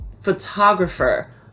photographer